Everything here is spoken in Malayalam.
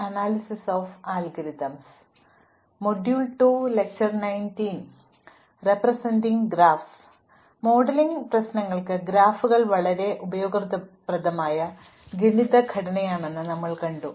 അതിനാൽ മോഡലിംഗ് പ്രശ്നങ്ങൾക്ക് ഗ്രാഫുകൾ വളരെ ഉപയോഗപ്രദമായ ഗണിത ഘടനയാണെന്ന് ഞങ്ങൾ കണ്ടു